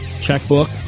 checkbook